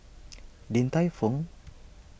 Din Tai Fung